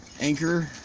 anchor